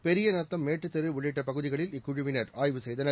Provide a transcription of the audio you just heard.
பெரியநத்தம் மேட்டுத்தெரு உள்ளிட்ட பகுதிகளில் இக்குழுவினர் ஆய்வு செய்தனர்